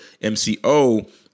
MCO